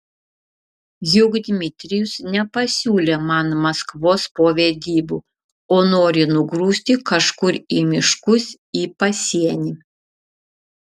juk dmitrijus nepasiūlė man maskvos po vedybų o nori nugrūsti kažkur į miškus į pasienį